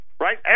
Right